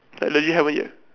like legit haven't yet